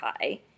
hi